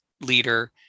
leader